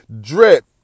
Drip